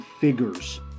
figures